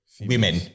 women